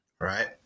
right